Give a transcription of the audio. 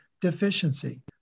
deficiency